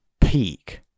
peak